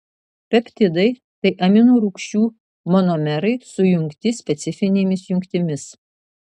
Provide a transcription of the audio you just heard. peptidai tai amino rūgčių monomerai sujungti specifinėmis jungtimis